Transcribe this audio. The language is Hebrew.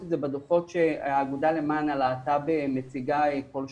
את זה בדוחות שהאגודה למען הלהט"ב מציגה כל שנה.